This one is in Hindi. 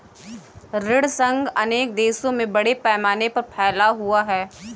ऋण संघ अनेक देशों में बड़े पैमाने पर फैला हुआ है